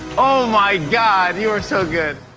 oh, my god. you are so good.